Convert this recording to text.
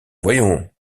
voyons